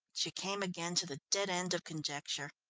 she came again to the dead end of conjecture.